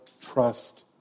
trust